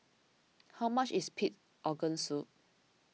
how much is Pig Organ Soup